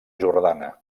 jordana